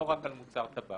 לא רק על מוצר טבק.